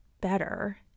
better